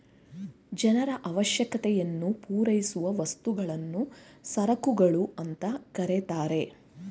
ಜನರ ಅವಶ್ಯಕತೆಯನ್ನು ಪೂರೈಸುವ ವಸ್ತುಗಳನ್ನು ಸರಕುಗಳು ಅಂತ ಕರೆತರೆ